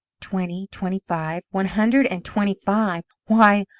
twenty twenty-five one hundred and twenty-five! why,